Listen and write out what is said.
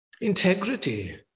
Integrity